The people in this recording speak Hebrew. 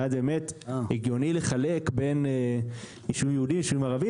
ואז באמת הגיוני לחלק בין יישוב יהודי לבין יישוב ערבי.